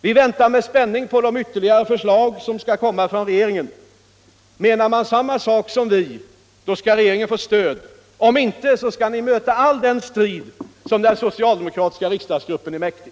Vi väntar med spänning på de ytterligare förslag som skall komma från regeringen. Menar regeringen samma sak som vi skall den få stöd — om inte skall ni få möta all den strid som den socialdemokratiska riksdagsgruppen är mäktig.